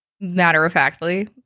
matter-of-factly